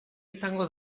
izango